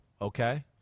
okay